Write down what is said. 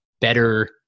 better